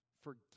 Forgive